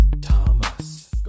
Thomas